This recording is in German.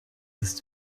ist